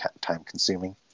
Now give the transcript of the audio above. time-consuming